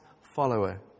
follower